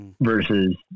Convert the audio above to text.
versus